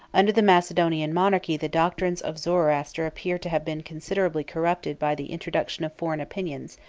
under the macedonian monarchy the doctrines of zoroaster appear to have been considerably corrupted by the introduction of foreign opinions,